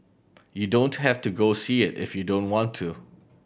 you don't have to go see it if you don't want to